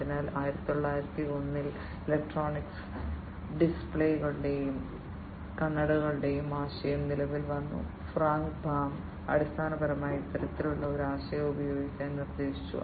അതിനാൽ 1901 ൽ ഇലക്ട്രോണിക് ഡിസ്പ്ലേകളുടെയും കണ്ണടകളുടെയും ആശയം നിലവിൽ വന്നു ഫ്രാങ്ക് ബാം അടിസ്ഥാനപരമായി ഇത്തരത്തിലുള്ള ഒരു ആശയം ഉപയോഗിക്കാൻ നിർദ്ദേശിച്ചു